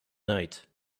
night